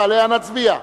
ועליה נצביע.